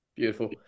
Beautiful